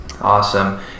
Awesome